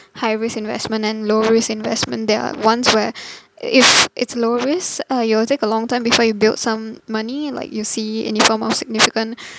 high risk investment and low risk investment there are ones where if it's low risk uh you will take a long time before you build some money and like you see any form of significant